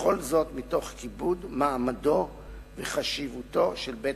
וכל זאת מתוך כיבוד מעמדו וחשיבותו של בית-המשפט.